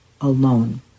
alone